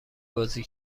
بازی